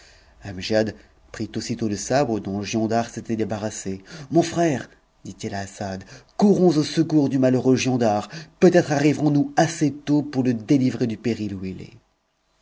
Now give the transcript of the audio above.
prit aussitôt le sabre dont giondar s'était débarrassé mon frère dit-il à assad courons au secours du malheureux giondar peut-être arriverons nous assez tôt pour le délivrer du périt où il est